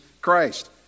Christ